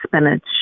spinach